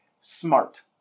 smart